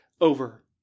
over